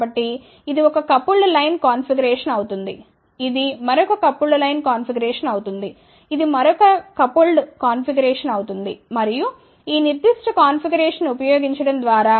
కాబట్టి ఇది ఒక కపుల్డ్ లైన్ కాన్ఫిగరేషన్ అవుతుంది ఇది మరొక కపుల్డ్ లైన్ కాన్ఫిగరేషన్ అవుతుంది ఇది మరొక కపుల్డ్ కాన్ఫిగరేషన్ అవుతుంది మరియు ఈ నిర్దిష్ట కాన్ఫిగరేషన్ను ఉపయోగించడం ద్వారా